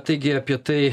taigi apie tai